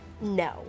No